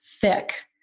thick